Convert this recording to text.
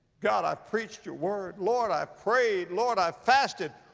god, i've preached your word. lord, i've prayed. lord, i've fasted.